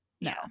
No